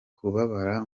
kubabara